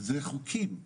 זה חוקים,